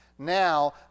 Now